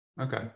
okay